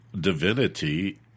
divinity